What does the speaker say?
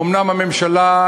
אומנם הממשלה,